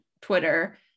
Twitter